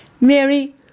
Mary